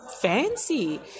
fancy